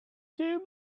two